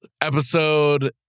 episode